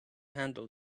handle